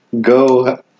go